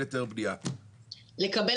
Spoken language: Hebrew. אני לקוח,